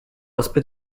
aspect